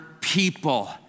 people